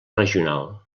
regional